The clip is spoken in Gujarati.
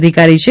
અધિકારી છે